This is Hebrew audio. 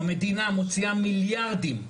המדינה מוציאה מיליארדים.